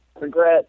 Regret